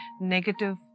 negative